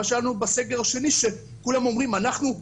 מה שהיה לנו בסגר השני שכולם אומרים אנחנו,